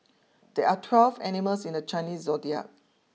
there are twelve animals in the Chinese zodiac